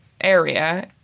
area